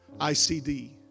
ICD